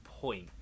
point